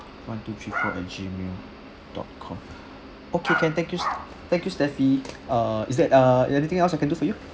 one two three four at gmail dot com okay can thank you thank you stephy ah is that uh anything else I can do for you